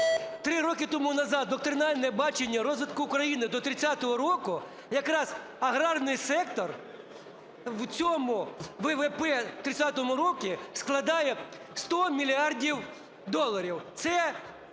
3 роки тому доктринальне бачення розвитку України до 30-го року, якраз аграрний сектор в цьому ВВП 30-го року складає 100 мільярдів доларів. Це